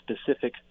specific